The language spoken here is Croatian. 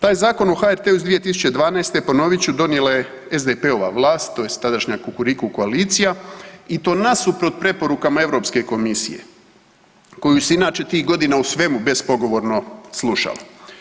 Taj Zakon o HRT-u iz 2012., ponovit ću, donijela je SDP-ova vlast, tj. tadašnja Kukuriku koalicija i to nasuprot preporukama Europske komisije koja se inače tih godina u svemu bespogovorno slušala.